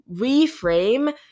reframe